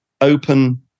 open